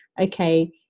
okay